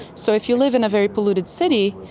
so if you live in a very polluted city,